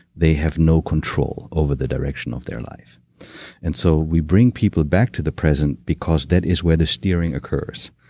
they have no control over the direction of their life and so we bring people back to the present because that is where the steering occurs.